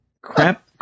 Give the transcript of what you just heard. Crap